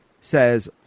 says